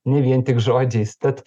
ne vien tik žodžiais tad